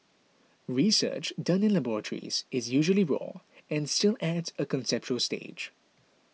research done in laboratories is usually raw and still at a conceptual stage